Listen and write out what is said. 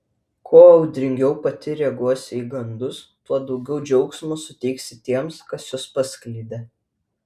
kuo audringiau pati reaguosi į gandus tuo daugiau džiaugsmo suteiksi tiems kas juos paskleidė